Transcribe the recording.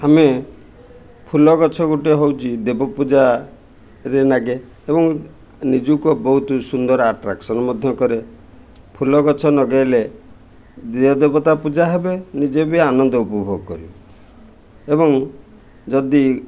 ଆମେ ଫୁଲ ଗଛ ଗୋଟେ ହେଉଛି ଦେବ ପୂଜାରେ ନାଗେ ଏବଂ ନିଜକୁ ବହୁତ ସୁନ୍ଦର ଆଟ୍ରାକ୍ସନ୍ ମଧ୍ୟ କରେ ଫୁଲ ଗଛ ଲଗେଇଲେ ଦିଅ ଦେବତା ପୂଜା ହେବେ ନିଜେ ବି ଆନନ୍ଦ ଉପଭୋଗ କରିବେ ଏବଂ ଯଦି